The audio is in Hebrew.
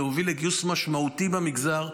להוביל לגיוס משמעותי במגזר,